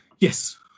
Yes